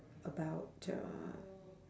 about uh